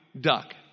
duck